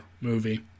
movie